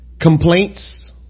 Complaints